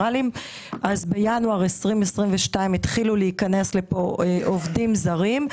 בינואר 2022 התחילו להיכנס לפה עובדים זרים.